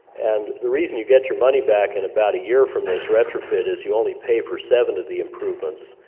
and the reason you get your money back at and about a year from this retrofit is you only pay for seven of the improvements.